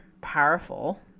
powerful